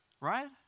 Right